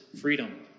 freedom